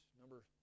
number